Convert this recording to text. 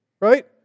right